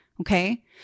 Okay